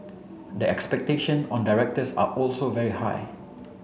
the expectation on directors are also very high